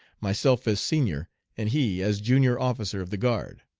myself as senior and he as junior officer of the guard.